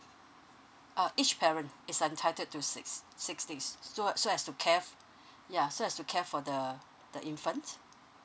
uh each parent is entitled to six six days so so as to care ya so as to care for the the infant